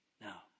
Now